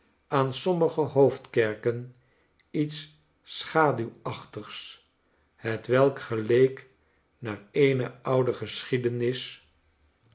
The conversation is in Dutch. aan sommige hoofdkerken iets schaduwachtigs hetwelk geleek naar eene oude geschiedenis